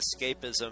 escapism